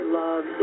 love